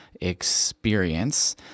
experience